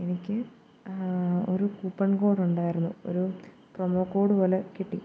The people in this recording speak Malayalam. എനിക്ക് ഒരു കൂപ്പൺ കോഡോണ്ടായിരുന്നു ഒരു പ്രമോ കോഡ് പോലെ കിട്ടി